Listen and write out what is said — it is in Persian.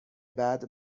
بعد